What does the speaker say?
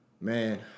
Man